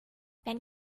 wenn